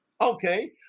Okay